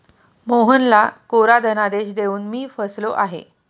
मोहनला कोरा धनादेश देऊन मी फसलो आहे